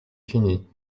fini